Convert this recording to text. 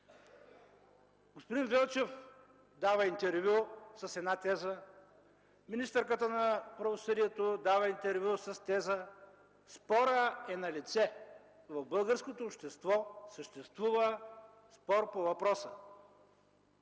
Господин Велчев дава интервю с една теза, министърката на правосъдието дава интервю с теза. Спорът е налице – в българското общество съществува спор по въпроса.